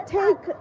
take